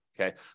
Okay